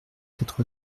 quatre